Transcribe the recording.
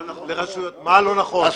לא נכון.